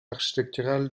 architectural